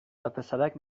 وپسرک